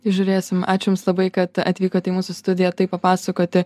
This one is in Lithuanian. žiūrėsim ačiū jums labai kad atvykote į mūsų studiją tai papasakoti